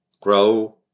Grow